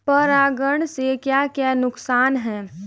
परागण से क्या क्या नुकसान हैं?